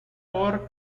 por